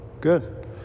Good